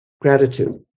Gratitude